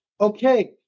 okay